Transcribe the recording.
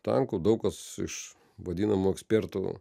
tankų daug kas iš vadinamų ekspertų